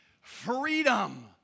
Freedom